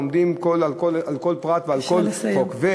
עומדים על כל פרט ועל כל חוק.